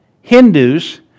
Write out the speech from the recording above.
Hindus